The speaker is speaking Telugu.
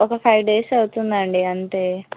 ఒక ఫైవ్ డేస్ అవుతుంది అండి అంతే